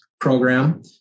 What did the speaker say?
program